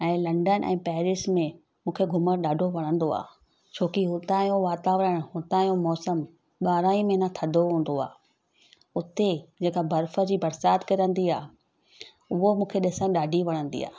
ऐं लंडन ऐं पैरिस में मूंखे घुमण ॾाढो वणंदो आहे छोकि हुतां जो वातावरण हुतां जो मौसम ॿारहं महीना थदो हूंदो आहे उते जेका बर्फ जी बरसाति किरंदी आहे हूअ मूंखे ॾिसण ॾाढी वणंदी आहे